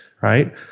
right